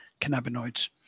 cannabinoids